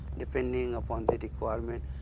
depending upon the requirement.